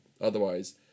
Otherwise